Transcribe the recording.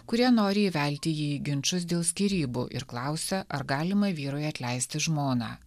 kurie nori įvelti jį į ginčus dėl skyrybų ir klausia ar galima vyrui atleisti žmoną